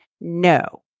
No